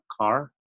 car